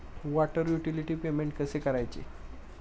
Water utility payment कसे करायचे?